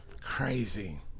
Crazy